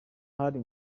hari